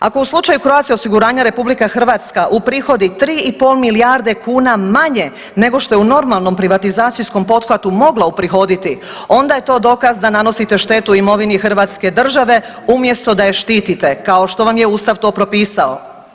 Ako u slučaju Croatia osiguranja RH uprihodi 3,5 milijarde kuna manje nego što je u normalnom privatizacijskom pothvatu mogla uprihoditi onda je to dokaz da nanosite štetu imovini hrvatske države umjesto da je štitite kao što vam je ustav to propisao.